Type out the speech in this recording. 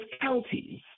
counties